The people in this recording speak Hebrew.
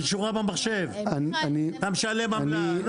זה שורה במחשב, אתה משלם עמלה.